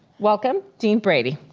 welcome, dean brady.